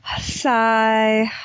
Sigh